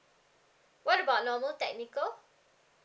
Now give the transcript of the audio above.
what about normal technical